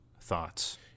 thoughts